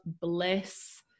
bliss